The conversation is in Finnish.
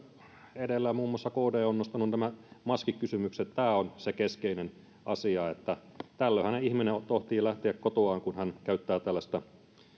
edellä muun muassa kd on nostanut nämä maskikysymykset niin tämä on se keskeinen asia tällöinhän ihminen tohtii lähteä kotoaan kun hän käyttää tällaista